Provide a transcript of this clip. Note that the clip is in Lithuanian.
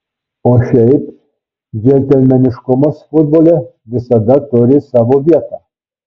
o šiaip džentelmeniškumas futbole visada turi savo vietą